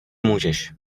můžeš